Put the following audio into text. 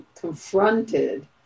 confronted